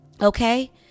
Okay